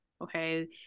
okay